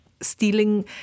Stealing